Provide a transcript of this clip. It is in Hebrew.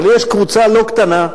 אבל יש קבוצה לא קטנה,